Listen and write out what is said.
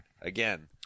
again